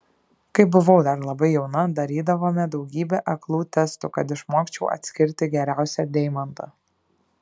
kai buvau dar labai jauna darydavome daugybę aklų testų kad išmokčiau atskirti geriausią deimantą